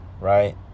right